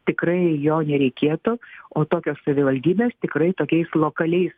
tikrai jo nereikėtų o tokios savivaldybės tikrai tokiais lokaliais